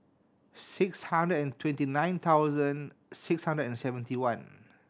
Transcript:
six hundred and twenty nine thousand six hundred and seventy one